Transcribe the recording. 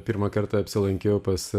pirmą kartą apsilankiau pas